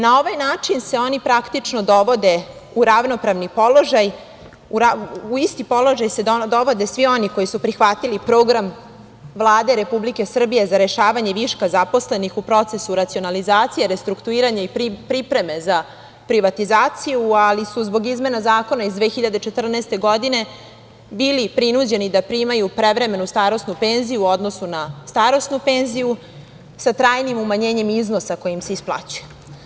Na ovaj način se oni praktično dovode u ravnopravni položaj, u isti položaj se dovode svi oni koji su prihvatili program Vlade Republike Srbije za rešavanje viška zaposlenih u procesu racionalizacije, restrukturiranja i pripreme za privatizaciju, ali su zbog imena zakona iz 2014. godine bili prinuđeni da primaju prevremenu starosnu penziju u odnosu na starosnu penziju sa trajnim umanjenjem iznosa kojim se isplaćuje.